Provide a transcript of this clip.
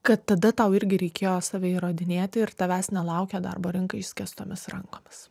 kad tada tau irgi reikėjo save įrodinėti ir tavęs nelaukia darbo rinka išskėstomis rankomis